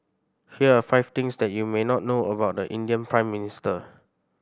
here are five things that you may not know about the Indian Prime Minister